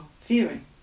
fearing